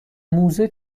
موزه